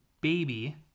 baby